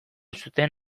zuten